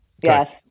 yes